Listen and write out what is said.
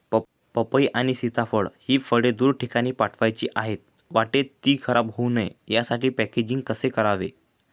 पपई आणि सीताफळ हि फळे दूर ठिकाणी पाठवायची आहेत, वाटेत ति खराब होऊ नये यासाठी पॅकेजिंग कसे करावे?